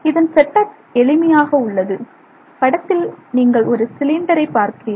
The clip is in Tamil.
இதன் செட்டப் எளிமையாக உள்ளது படத்தில் நீங்கள் ஒரு சிலிண்டரை பார்க்கிறீர்கள்